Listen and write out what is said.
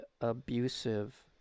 abusive